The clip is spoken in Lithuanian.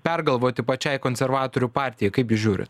pergalvoti pačiai konservatorių partijai kaip jūs žiūrite